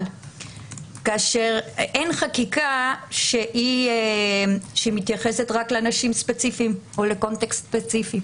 אין חקיקה שמתייחסת רק לאנשים ספציפיים או לקונטקסט ספציפי.